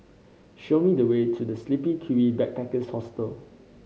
show me the way to The Sleepy Kiwi Backpackers Hostel